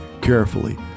carefully